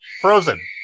Frozen